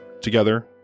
Together